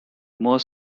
more